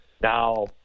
Now